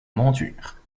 monture